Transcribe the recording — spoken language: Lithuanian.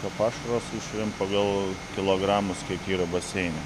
to pašaro sušeriam pagal kilogramus kiek yra baseine